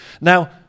Now